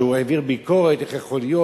שהעביר ביקורת: איך יכול להיות?